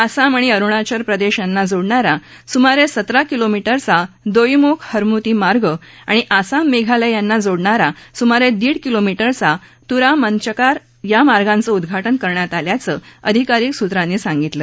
आसाम आणि अरुणाचल प्रदेश यांना जोडणारा सुमारे सतरा किलोमीटरचा दोईमुख हरमुर्ति मार्ग आणि आसाम मेघालय यांना जोडणार सुमारे दीड किलोमीटरचा तुरा मनकचार या मार्गांचं उद्घाटन करण्यात आल्याचं अधिकारी सूत्रांनी सांगितलं